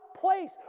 place